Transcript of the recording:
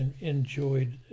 enjoyed